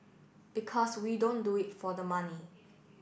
because we don't do it for the money